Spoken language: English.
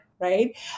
right